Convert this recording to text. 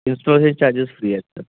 installation charges free आहेत sir